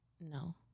No